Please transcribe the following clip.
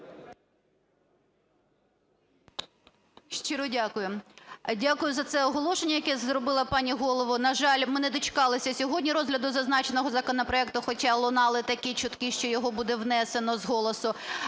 Щиро дякую. Дякую за це оголошення, яке зробила пані голова. На жаль, ми не дочекалися сьогодні розгляду зазначеного законопроекту, хоча лунали такі чутки, що його буде внесено з голосу.